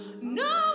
No